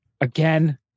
again